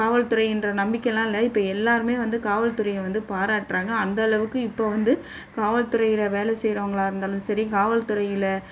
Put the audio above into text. காவல்துறைன்ற நம்பிக்கைலாம் இல்லை இப்போ எல்லோருமே வந்து காவல்துறையை வந்து பாராட்டுறாங்க அந்தளவுக்கு இப்போது வந்து காவல் துறையில் வேலை செய்கிறவங்களா இருந்தாலும் சரி காவல்துறையில்